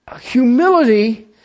humility